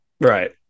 Right